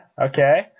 Okay